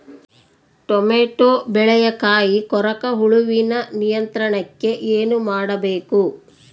Tomato ಬೆಳೆಯ ಕಾಯಿ ಕೊರಕ ಹುಳುವಿನ ನಿಯಂತ್ರಣಕ್ಕೆ ಏನು ಮಾಡಬೇಕು?